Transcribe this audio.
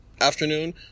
afternoon